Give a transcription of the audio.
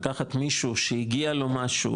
לקחת מישהו שהגיע לו משהו,